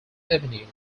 avenue